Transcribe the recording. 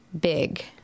big